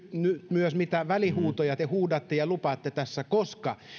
myös mitä välihuutoja te huudatte ja lupaatte tässä koska